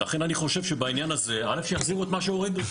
לכן אני חושב שבעניין הזה שיחזירו את מה שהורידו.